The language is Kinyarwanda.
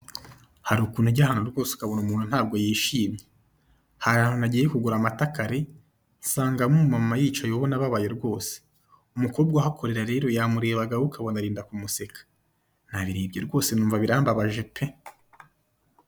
Hari ukuntu ujya ahantu rwose ukabona umuntu ntabwo yishimye, hari ahantu nagiye kugura amata kare, nsangamo umumama yicaye ubona abababaye rwose, umukobwa uhakorera rero yamurebaga ahubwo ukabona arenda kumuseka, nabiribye rwose numva birambabaje pe!